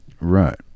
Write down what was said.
Right